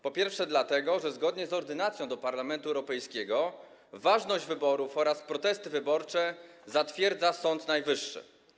Po pierwsze, dlatego że zgodnie z ordynacją do Parlamentu Europejskiego ważność wyborów oraz protesty wyborcze zatwierdza Sąd Najwyższy.